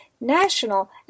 national